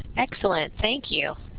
excellent. thank you.